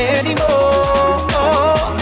anymore